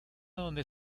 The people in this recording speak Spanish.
donde